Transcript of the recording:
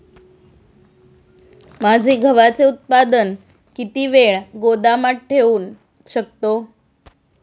माझे गव्हाचे उत्पादन किती वेळ गोदामात ठेवू शकतो?